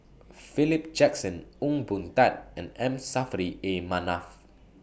Philip Jackson Ong Boon Tat and M Saffri A Manaf